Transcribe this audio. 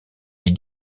les